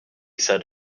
said